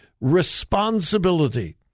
responsibility